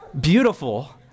Beautiful